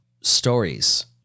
stories